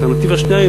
אלטרנטיבה שנייה,